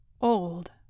old